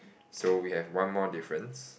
so we have one more difference